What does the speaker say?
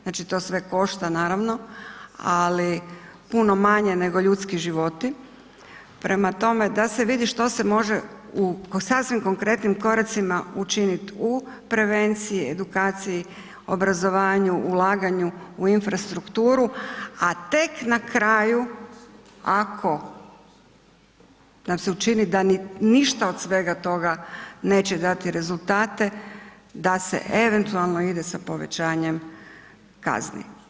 Znači, to sve košta, naravno, ali puno manje nego ljudski životi, prema tome, da se vidi što se može u sasvim konkretnim koracima učiniti u prevenciji, edukaciji, obrazovanju, ulaganju u infrastrukturu, a tek na kraju, ako nas se učini da ništa od svega toga neće dati rezultate, da se eventualno ide sa povećanjem kazni.